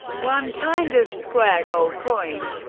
one kind of square gold coin.